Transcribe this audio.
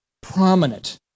prominent